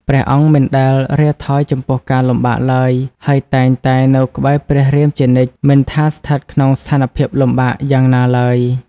ព្រះអង្គមិនដែលរាថយចំពោះការលំបាកឡើយ ហើយតែងតែនៅក្បែរព្រះរាមជានិច្ច មិនថាស្ថិតក្នុងស្ថានភាពលំបាកយ៉ាងណាឡើយ ។